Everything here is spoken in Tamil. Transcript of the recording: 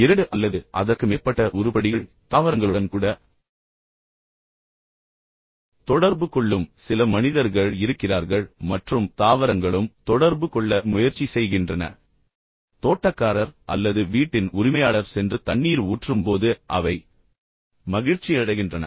எனவே இரண்டு அல்லது அதற்கு மேற்பட்ட உருப்படிகள் தாவரங்களுடன் கூட தொடர்பு கொள்ளும் சில மனிதர்கள் இருப்பதாக மக்கள் நம்புகிறார்கள் மற்றும் தாவரங்களும் தொடர்பு கொள்ள முயற்சி செய்கின்றன தோட்டக்காரர் அல்லது வீட்டின் உரிமையாளர் சென்று தண்ணீர் ஊற்றும்போது அவை மகிழ்ச்சியடைகின்றன